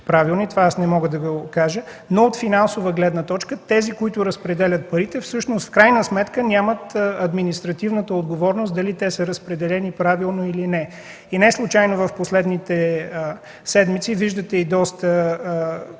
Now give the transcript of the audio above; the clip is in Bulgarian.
правилни, това не мога да кажа, но от финансова гледна точка тези, които разпределят парите, в крайна сметка нямат административната отговорност дали те са разпределени правилно или не. Неслучайно в последните седмици виждате и доста